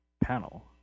panel